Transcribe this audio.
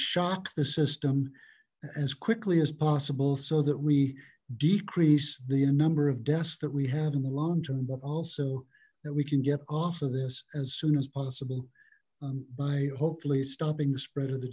shock the system as quickly as possible so that we decrease the number of deaths that we have in the long term but also that we can get off of this as soon as possible by hopefully stopping the spread of the